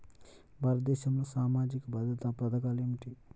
భారతదేశంలో సామాజిక భద్రతా పథకాలు ఏమిటీ?